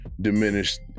diminished